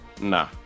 Nah